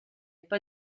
pas